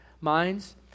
minds